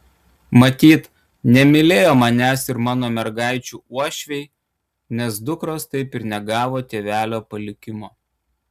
matyt nemylėjo manęs ir mano mergaičių uošviai nes dukros taip ir negavo tėvelio palikimo